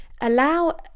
allow